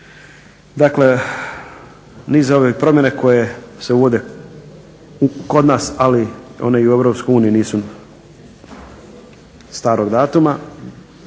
Dakle niz ovih promjena koje se uvode kod nas ali i one u Europskoj uniji nisu starog datuma